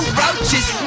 roaches